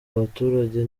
abaturage